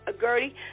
Gertie